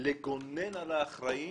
לגונן על האחראים